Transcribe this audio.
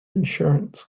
insurance